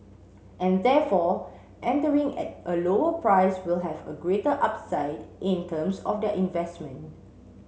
and therefore entering at a lower price will have a greater upside in terms of their investment